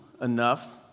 enough